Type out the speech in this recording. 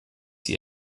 die